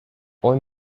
hoy